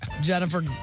Jennifer